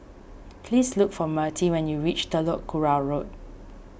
please look for Mertie when you reach Telok Kurau Road